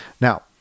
Now